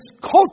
culture